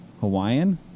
Hawaiian